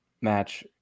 match